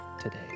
today